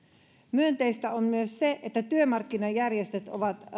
myönteistä on myös se että myös työmarkkinajärjestöt